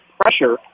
pressure